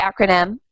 acronym